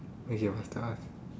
wait you must tell us